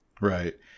Right